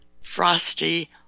Frosty